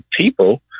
people